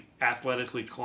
athletically